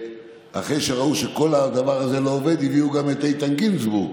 ואחרי שראו שכל הדבר הזה לא עובד הביאו גם את איתן גינזבורג,